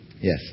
yes